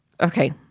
okay